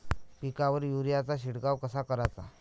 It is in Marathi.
पिकावर युरीया चा शिडकाव कसा कराचा?